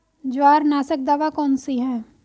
जवार नाशक दवा कौन सी है?